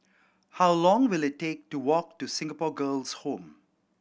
how long will it take to walk to Singapore Girls' Home